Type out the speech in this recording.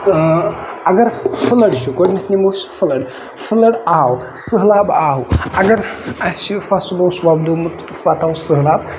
اۭں اَگر فٔلڈ چھُ گۄڈٕنیتھ نِمو أسۍ فٔلَڈ فٔلَڈ آو سہلاب آو اَگر اَسہِ فصٕل اوس وۄپدوومُت پَتہٕ آو سَہلاب